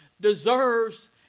deserves